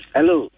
Hello